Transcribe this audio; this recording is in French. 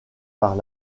par